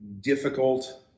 difficult